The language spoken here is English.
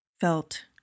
felt